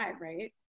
right